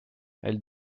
elle